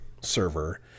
server